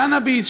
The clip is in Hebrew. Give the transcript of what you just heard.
קנאביס,